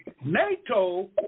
NATO